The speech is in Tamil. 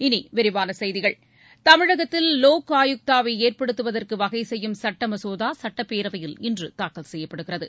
இனி விரிவான செய்திகள் தமிழகத்தில் லோக் ஆயுக்தாவை ஏற்படுத்துவதற்கு வகைசெய்யும் சட்ட மசோதா சட்டப்பேரவையில் இன்று தாக்கல் செய்யப்படுகிறது